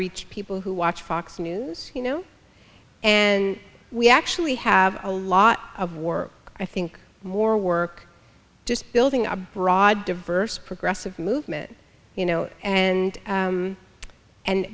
reach people who watch fox news you know and we actually have a lot of work i think more work just building a broad diverse progressive movement you know and